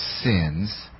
sins